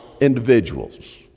individuals